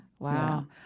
Wow